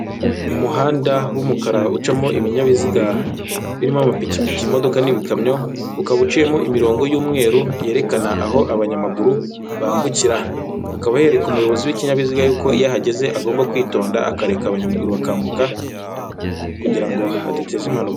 Umuhanda w'umukara ucamo ibinyabiziga birimo amapikipiki, imodoka n'ibikamyo, ukaba uciyemo imirongo y'umweru yerekana aho abanyamaguru bambukira. Hakaba hereka umuyobozi w'ikinyabiziga yuko iyo ahageze agomba kwitonda akareka abanyamaguru bakambuka kugira ngo hadateza impanuka.